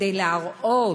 כדי להראות,